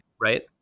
right